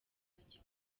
bazajya